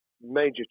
major